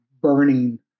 burning